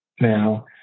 now